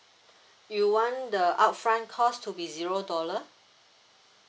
you want the upfront cost to be zero dollar